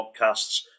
podcasts